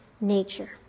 nature